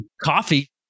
coffee